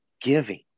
giving